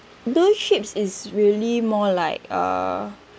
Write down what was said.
blue chips is really more like uh